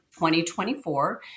2024